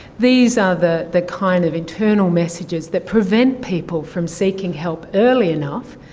these are the the kind of internal messages that prevent people from seeking help early enough,